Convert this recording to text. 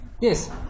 Yes